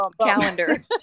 calendar